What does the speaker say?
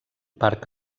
parc